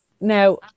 now